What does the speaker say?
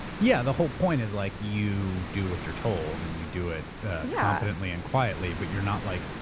yeah. the whole point is like you do what you're told and you do it yeah competently and quietly, but you're not like.